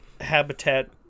habitat